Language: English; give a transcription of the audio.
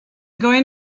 going